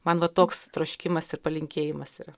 man va toks troškimas ir palinkėjimas yra